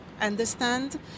understand